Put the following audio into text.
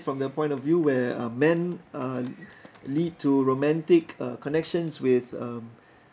from the point of view where uh man uh lead to romantic uh connections with um